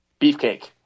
Beefcake